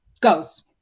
goes